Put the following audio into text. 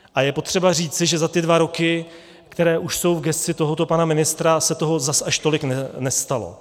A je potřeba říci, že za ty dva roky, které už jsou v gesci tohoto pana ministra, se toho zas až tolik nestalo.